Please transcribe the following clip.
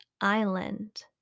Island